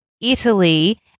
Italy